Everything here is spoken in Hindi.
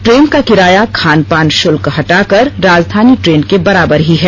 ट्रेन का किराया खानपान शुल्क हटाकर राजधानी ट्रेन के बराबर ही है